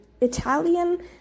Italian